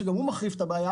שגם הוא מחריף את הבעיה,